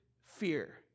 fear